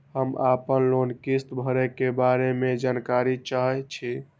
हम आपन लोन किस्त भरै के बारे में जानकारी चाहै छी?